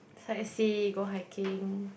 sightsee go hiking